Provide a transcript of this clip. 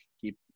Keep